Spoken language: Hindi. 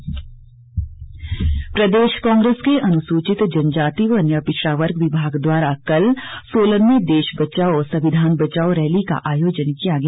रैली प्रदेश कांग्रेस के अनुसूचित जनजाति व अन्य पिछड़ा वर्ग विभाग द्वारा कल सोलन में देश बचाओ संविधान बचाओ रैली का आयोजन किया गया